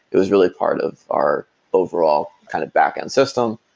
it was really part of our overall kind of back-end system.